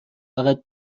فقط